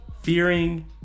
fearing